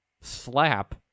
slap